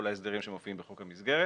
כל ההסדרים שמופיעים בחוק המסגרת.